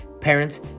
parents